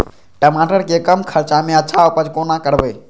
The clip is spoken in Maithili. टमाटर के कम खर्चा में अच्छा उपज कोना करबे?